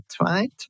right